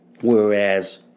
Whereas